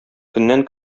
көннән